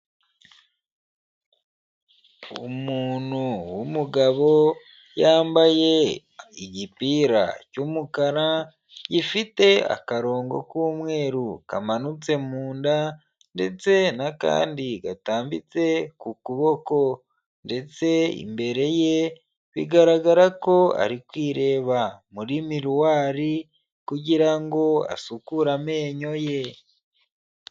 Umuntu w'umugabo, yambaye igipira cy'umukara, gifite akarongo k'umweru kamanutse mu nda, ndetse n'akandi gatambitse ku kuboko, ndetse imbere ye bigaragara ko ari kwireba muri miriwari kugira ngo asukure amenyo ye.